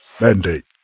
Mandate